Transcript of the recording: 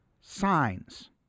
Signs